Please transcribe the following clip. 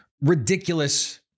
ridiculous